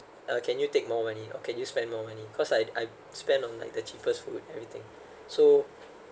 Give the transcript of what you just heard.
can you take more money or can you spend more money cause I I spend on like the cheapest food everything so